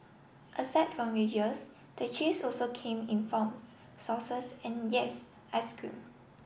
aside from wedges the cheese also came in forms sauces and yes ice cream